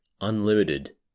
unlimited